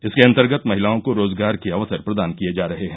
इसके अन्तर्गत महिलाओं को रोजगार के अवसर प्रदान किये जा रहे हैं